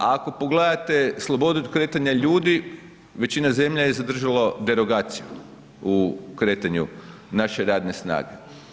Ako pogledate slobodu kretanja ljudi, većina zemalja je zadržalo derogaciju u kretanju naše radne snage.